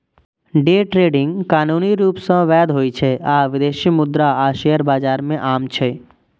day trading कानूनी रूप सं वैध होइ छै आ विदेशी मुद्रा आ शेयर बाजार मे आम छै